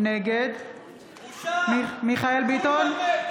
נגד בושה.